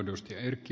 olen ed